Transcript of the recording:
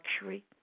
luxury